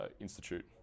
Institute